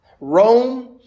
Rome